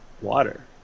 water